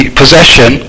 possession